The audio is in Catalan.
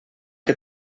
que